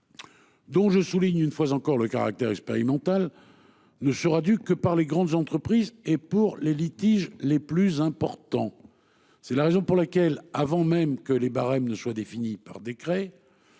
Dont je souligne une fois encore le caractère expérimental. Ne sera due que par les grandes entreprises et pour les litiges les plus importants. C'est la raison pour laquelle, avant même que les barèmes ne soit défini par décret.